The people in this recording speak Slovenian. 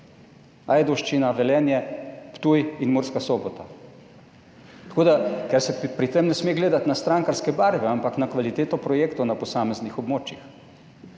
Ajdovščina, Velenje, Ptuj in Murska Sobota. Ker se pri tem ne sme gledati na strankarske barve, ampak na kvaliteto projektov na posameznih območjih.